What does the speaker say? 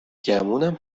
گمونم